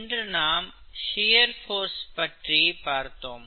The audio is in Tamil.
இன்று நாம் ஷியர் போர்சை பற்றி பார்த்தோம்